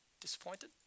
disappointed